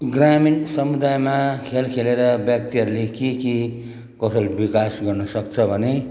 ग्रामीण समुदायमा खेल खेलेर व्यक्तिहरूले के के कौशल विकास गर्न सक्छ भने